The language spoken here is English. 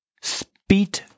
speed